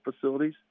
facilities